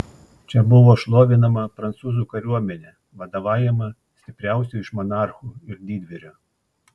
čia buvo šlovinama prancūzų kariuomenė vadovaujama stipriausio iš monarchų ir didvyrio